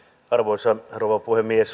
arvoisa rouva puhemies